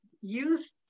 Youth